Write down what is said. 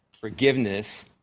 forgiveness